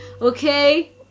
okay